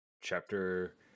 Chapter